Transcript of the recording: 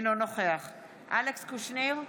אינו נוכח אלכס קושניר,